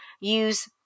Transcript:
use